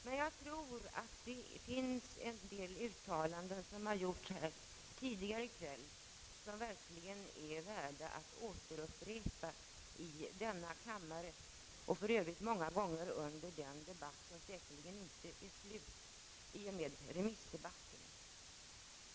Men jag tror att det finns en del uttalanden som har gjorts här tidigare i kväll som verkligen är värda att återupprepa i denna kammare och för övrigt många gånger under den debatt som säkerligen inte är slut i och med remissdebatten.